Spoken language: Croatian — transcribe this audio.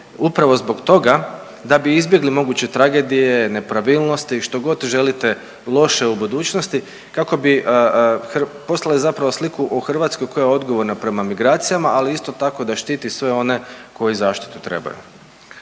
upravo zbog toga da bi izbjegli moguće tragedije, nepravilnosti, što god želite loše u budućnosti kako bi poslali zapravo sliku o Hrvatskoj koja je odgovorna prema migracijama, ali isto tako da štiti sve one koji zaštitu trebaju.